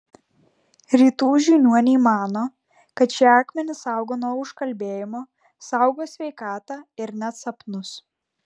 rytų žiniuoniai mano kad šie akmenys saugo nuo užkalbėjimo saugo sveikatą ir net sapnus